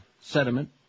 sediment